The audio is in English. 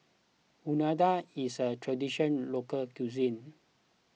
Unadon is a Traditional Local Cuisine